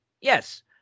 Yes